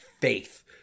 faith